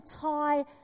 tie